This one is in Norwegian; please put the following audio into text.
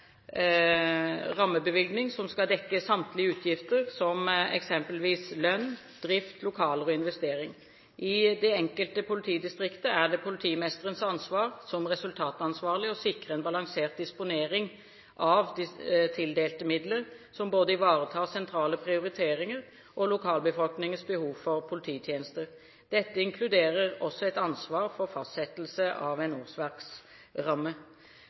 rammebevilgning som skal dekke samtlige utgifter, som eksempelvis lønn, drift, lokaler og investeringer. I det enkelte politidistrikt er det politimesterens ansvar som resultatansvarlig å sikre en balansert disponering av tildelte midler, som både ivaretar sentrale prioriteringer og lokalbefolkningens behov for polititjenester. Dette inkluderer også et ansvar for fastsettelse av en